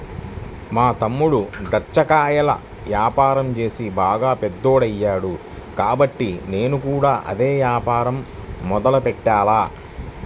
మా తమ్ముడు దాచ్చా కాయల యాపారం చేసి బాగా పెద్దోడయ్యాడు కాబట్టి నేను కూడా అదే యాపారం మొదలెట్టాల